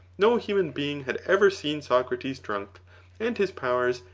no human being had ever seen socrates drunk and his powers,